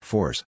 Force